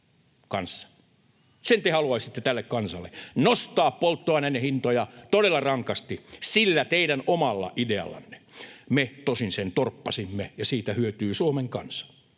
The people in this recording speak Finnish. Sen te haluaisitte tälle kansalle: nostaa polttoaineiden hintoja todella rankasti sillä teidän omalla ideallanne. Me tosin sen torppasimme, ja siitä hyötyy Suomen kansa.